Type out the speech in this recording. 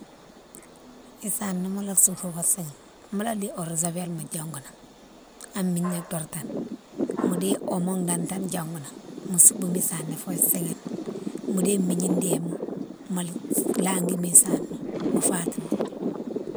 Isana mola soubou fé séhine, mola déye olisavel ma diongou nan an migna tortane, mo déye omo dantane diongou nan mo soubouni sana fo séhine, mo déye migni démounne mo langui ni sana, mo fati migna.